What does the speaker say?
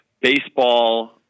baseball